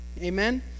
amen